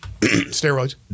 Steroids